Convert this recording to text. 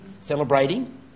celebrating